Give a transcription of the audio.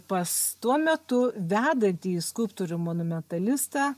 pas tuo metu vedantį skulptorių monumentalistą